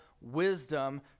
wisdom